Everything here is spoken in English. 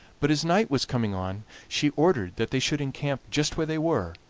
but as night was coming on she ordered that they should encamp just where they were,